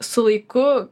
su laiku